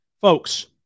Folks